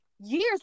years